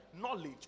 knowledge